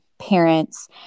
parents